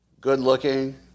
Good-looking